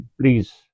please